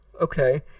okay